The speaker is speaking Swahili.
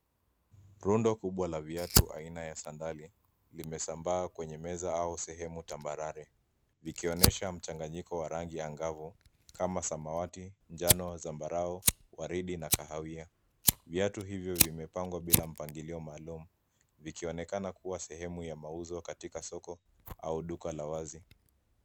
Rundo kubwa la viatu aina ya sandale limesambaa kwenye meza au sehemu tambarare likionyesha mchanganyiko wa rangi angavu, kama samawati ,njano, zambarau , waridi na kahawia. Viatu hivyo vimepangwa bila mpangilio maalum, vikionekana kuwa sehemu ya mauzo katika soko au duka la wazi.